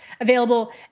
available